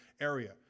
area